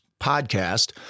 podcast